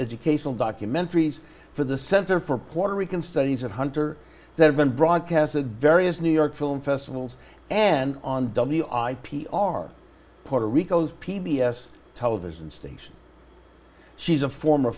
educational documentaries for the center for puerto rican studies at hunter that have been broadcast the various new york film festivals and on w i p r puerto rico's p b s television station she's a former